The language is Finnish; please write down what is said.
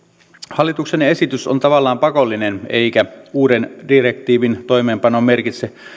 hallituksen esitys on tavallaan pakollinen eikä uuden direktiivin toimeenpano merkitse